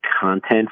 content